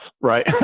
right